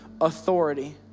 authority